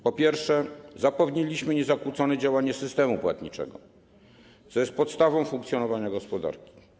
Po pierwsze, zapewniliśmy niezakłócone działanie systemu płatniczego, co jest podstawą funkcjonowania gospodarki.